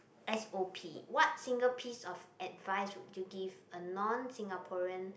S_O_P what single piece of advice would you give a non Singaporean